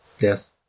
Yes